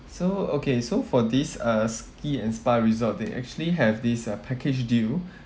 so okay so for this uh ski and spa resort they actually have this uh package deal